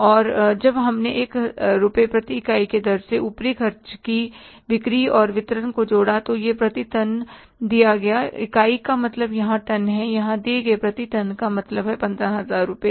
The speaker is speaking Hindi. और जब हमने 1 रुपये प्रति इकाई की दर से ऊपरी खर्चे की बिक्री और वितरण को जोड़ा तो यह प्रति टन दिया गया इकाई का मतलब यहाँ टन है यहाँ दिए गए प्रति टन का मतलब है 15000 रुपये